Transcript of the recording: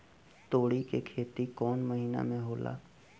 तोड़ी के खेती कउन महीना में होला?